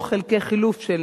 או חלקי חילוף של